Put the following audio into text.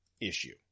issue